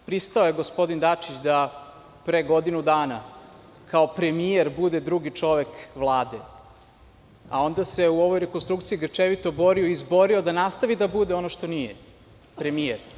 Pristao je gospodin Dačić da pre godinu dana kao premijer bude drugi čovek Vlade, a onda se u ovoj rekonstrukciji grčevito borio i izborio da nastavi da bude ono što nije, premijer.